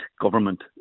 government